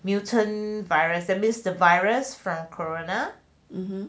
mutant virus that means the virus from corona